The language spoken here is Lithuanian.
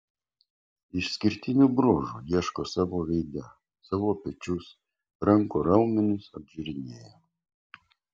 išskirtinių bruožų ieško savo veide savo pečius rankų raumenis apžiūrinėja